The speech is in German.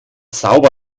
sauber